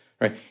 right